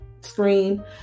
screen